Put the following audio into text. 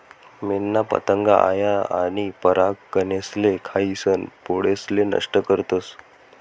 मेनना पतंग आया आनी परागकनेसले खायीसन पोळेसले नष्ट करतस